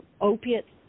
opiates